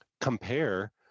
compare